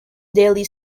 daily